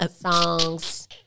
songs